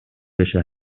بشه